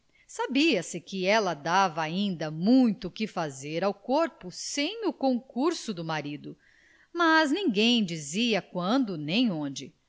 sabia-se que ela dava ainda muito que fazer ao corpo sem o concurso do marido mas ninguém dizia quando nem onde